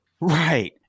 Right